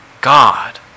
god